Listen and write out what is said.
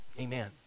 amen